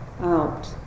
out